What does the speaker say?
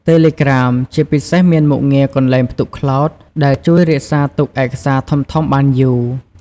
តេឡេក្រាម ជាពិសេស មានមុខងារ កន្លែងផ្ទុកក្លោត ដែលជួយរក្សាទុកឯកសារធំៗបានយូរ។